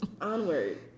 Onward